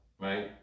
Right